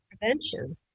prevention